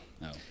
No